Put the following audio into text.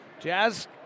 Jazz